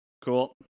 Cool